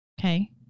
Okay